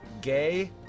Gay